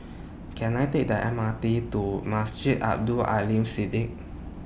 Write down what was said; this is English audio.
Can I Take The M R T to Masjid Abdul Aleem Siddique